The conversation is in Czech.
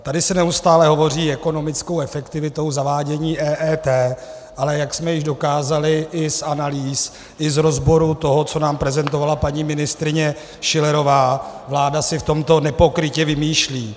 Tady se neustále hovoří ekonomickou efektivitou zavádění EET, ale jak jsme již dokázali i z analýz i z rozborů toho, co nám prezentovala paní ministryně Schillerová, vláda si v tomto nepokrytě vymýšlí.